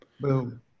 Boom